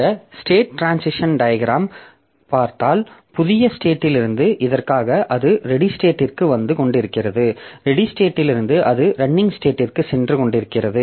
இந்த state transition diagram பார்த்தால் புதிய ஸ்டேட்டிலிருந்து இதற்காக அது ரெடி ஸ்டேடிற்கு வந்து கொண்டிருந்தது ரெடி ஸ்டேட்டிலிருந்து அது ரன்னிங் ஸ்டேடிற்கு சென்று கொண்டிருந்தது